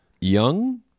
young